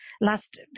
last